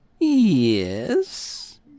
Yes